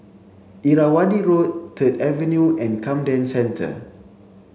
Irrawaddy Road Third Avenue and Camden Centre